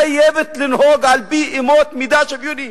חייבת לנהוג על-פי אמות מידה שוויוניות.